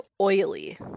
oily